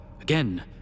Again